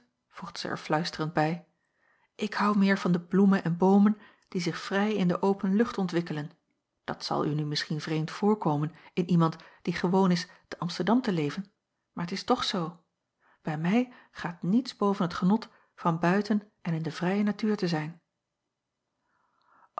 voegde zij er fluisterend bij ik hou meer van de bloemen en boomen die zich vrij in de open lucht ontwikkelen dat zal u nu misschien vreemd voorkomen in iemand die gewoon is te amsterdam te leven maar t is toch zoo bij mij gaat niets boven t genot van buiten en in de vrije natuur te zijn